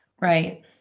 right